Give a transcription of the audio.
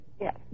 Yes